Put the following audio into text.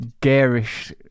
garish